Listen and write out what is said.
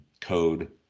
code